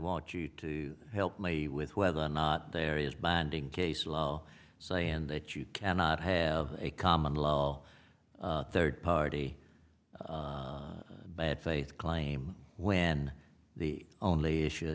want you to help me with whether or not there is binding case law saying that you cannot have a common law third party bad faith claim when the only issue